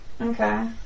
Okay